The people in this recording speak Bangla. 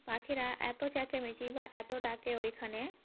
পাখিরা এত চ্যাঁচামেচি বা এত ডাকে ওইখানে